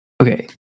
Okay